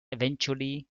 eventually